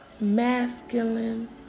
masculine